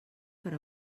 per